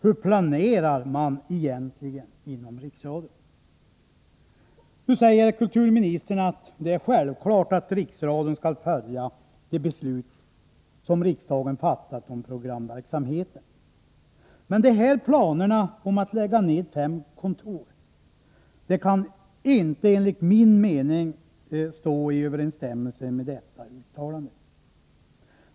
Hur planerar man egentligen inom riksradion? Kulturministern säger att det är självklart att Riksradion skall följa de beslut som riksdagen fattat om programverksamheten. Men de här planerna om att lägga ned fem kontor kan inte, enligt min mening, stå i överensstämmelse med detta uttalande.